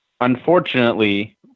unfortunately